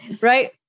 Right